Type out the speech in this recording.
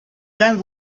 guns